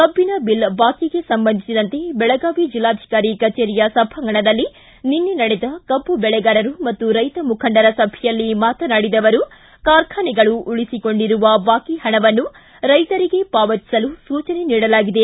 ಕಬ್ಬಿನ ಬಿಲ್ ಬಾಕಿಗೆ ಸಂಬಂಧಿಸಿದಂತೆ ಬೆಳಗಾವಿ ಜಿಲ್ಲಾಧಿಕಾರಿ ಕಚೇರಿಯ ಸಭಾಂಗಣದಲ್ಲಿ ನಿನ್ನೆ ನಡೆದ ಕಬ್ಬು ಬೆಳೆಗಾರರು ಮತ್ತು ರೈತ ಮುಖಂಡರ ಸಭೆಯಲ್ಲಿ ಮಾತನಾಡಿದ ಅವರು ಕಾರ್ಖಾನೆಗಳು ಉಳಿಸಿಕೊಂಡಿರುವ ಬಾಕಿ ಹಣವನ್ನು ರೈತರಿಗೆ ಪಾವತಿಸಲು ಸೂಚನೆ ನೀಡಲಾಗಿದೆ